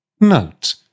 Note